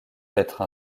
d’être